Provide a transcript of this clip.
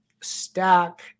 stack